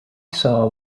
saw